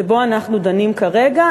שבה אנחנו דנים כרגע.